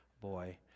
boy